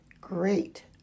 great